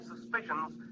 suspicions